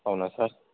అవునా సార్